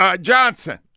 Johnson